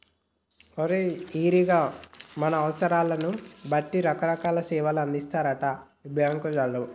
ఓరి ఈరిగా మన అవసరాలను బట్టి రకరకాల సేవలు అందిత్తారటరా ఈ బాంకోళ్లు